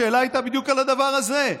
השאלה הייתה בדיוק על הדבר הזה.